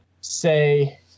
say